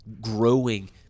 growing